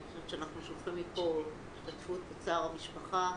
אנחנו שולחים מפה השתתפות בצער המשפחה,